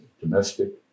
domestic